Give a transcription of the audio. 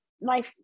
life